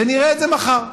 ונראה את זה מחר.